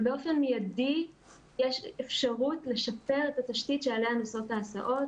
אבל באופן מיידי יש אפשרות לשפר את התשתית שעליה נוסעות ההסעות,